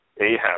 Ahab